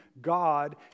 God